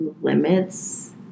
limits